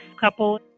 couple